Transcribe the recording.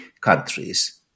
countries